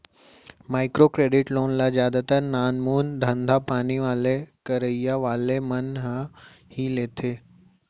micro credit loan ल जादातर नानमून धंधापानी करइया वाले मन ह ही लेथे